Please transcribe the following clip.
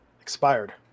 expired